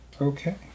Okay